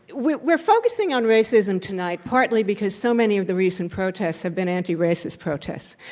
we're we're focusing on racism tonight partly because so many of the recent protests have been anti-racist protests.